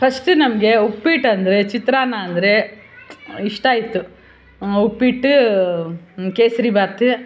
first ನಮಗೆ ಉಪ್ಪಿಟ್ಟು ಅಂದರೆ ಚಿತ್ರಾನ್ನ ಅಂದರೆ ಇಷ್ಟ ಇತ್ತು ಉಪ್ಪಿಟ್ಟು ಕೇಸರಿ ಭಾತು